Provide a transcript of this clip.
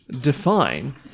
define